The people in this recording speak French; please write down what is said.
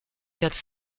quatre